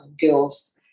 girls